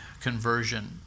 conversion